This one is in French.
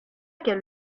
qu’elle